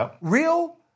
Real